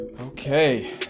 Okay